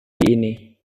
ini